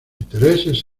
intereses